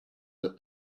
that